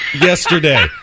yesterday